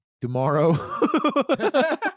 tomorrow